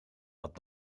had